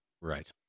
Right